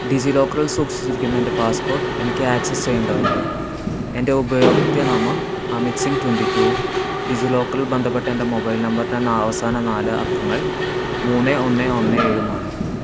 ഡിജിലോക്കറിൽ സൂക്ഷിച്ചിരിക്കുന്ന എൻ്റെ പാസ്പോർട്ട് എനിക്ക് ആക്സസ് ചെയ്യേണ്ടതുണ്ട് എൻ്റെ ഉപയോക്തൃനാമം അമിത് സിംഗ് ട്വൻ്റി റ്റുവും ഡിജിലോക്കറുമായി ബന്ധപ്പെട്ട എൻ്റെ മൊബൈൽ നമ്പറിൻ്റെ അവസാന നാല് അക്കങ്ങൾ മൂന്ന് ഒന്ന് ഒന്ന് ഏഴും ആണ്